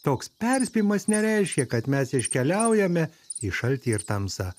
toks perspėjimas nereiškia kad mes iškeliaujame į šaltį ir tamsą